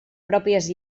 pròpies